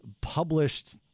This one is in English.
published